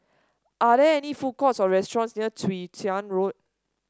are there any food courts or restaurants near Chwee Chian Road